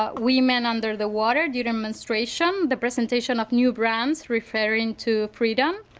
ah women under the water during menstruation, the presentation of new brands referring to freedom.